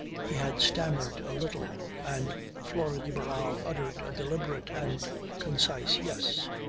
he had stammered a little, and flora de barral uttered a deliberate and concise yes.